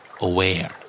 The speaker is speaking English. Aware